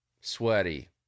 sweaty